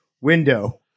window